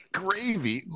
gravy